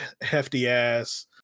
hefty-ass